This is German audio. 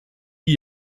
die